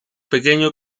pequeño